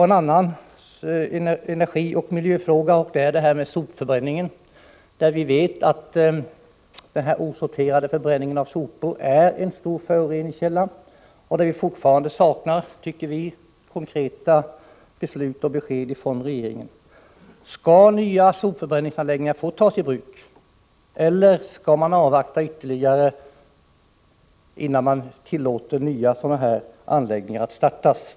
En annan miljöoch energifråga är sopförbränningen. Vi vet att förbränningen av osorterade sopor är en stor föroreningskälla. Det saknas fortfarande konkreta beslut och besked från regeringen. Skall nya sopförbränningsanläggningar få tas i bruk, eller skall man avvakta ytterligare innan man tillåter start av nya anläggningar?